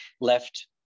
left